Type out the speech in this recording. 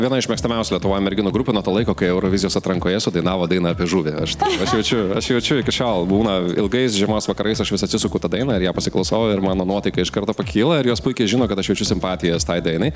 viena iš mėgstamiausių lietuvoj merginų grupių nuo to laiko kai eurovizijos atrankoje sudainavo dainą apie žuvį aš aš jaučiu aš jaučiu iki šiol būna ilgais žiemos vakarais aš vis atsisuku tą dainą ir ją pasiklausau ir mano nuotaika iš karto pakyla ir jos puikiai žino kad aš jaučiu simpatijas tai dainai